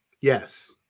Yes